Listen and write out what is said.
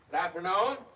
afternoon.